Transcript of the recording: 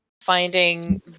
finding